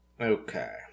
Okay